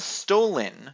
stolen